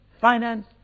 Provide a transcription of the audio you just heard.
finance